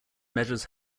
measures